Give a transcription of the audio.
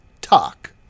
talk